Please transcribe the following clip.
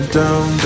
down